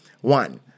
One